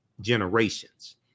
generations